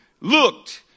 looked